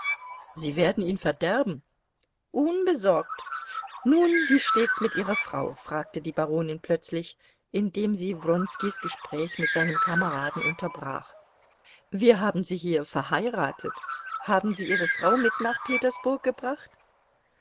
sie werden ihn verderben unbesorgt nun und wie steht's mit ihrer frau fragte die baronin plötzlich indem sie wronskis gespräch mit seinem kameraden unterbrach wir haben sie hier verheiratet haben sie ihre frau mit nach petersburg gebracht